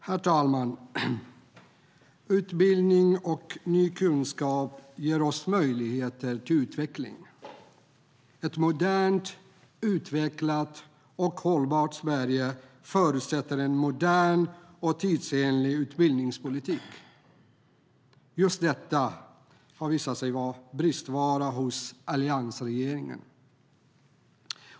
Herr talman! Utbildning och ny kunskap ger oss möjlighet till utveckling. Ett modernt, utvecklat och hållbart Sverige förutsätter en modern och tidsenlig utbildningspolitik. Just detta har visat sig vara en bristvara hos alliansregeringen.